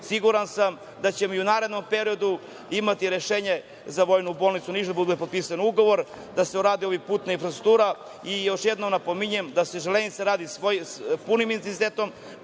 Siguran sam da ćemo i u narednom periodu imati rešenje za Vojnu bolnicu u Nišu, da bude potpisan ugovor, da se uradi ova putna infrastruktura. Još jednom napominjem da se železnica radi punim intenzitetom,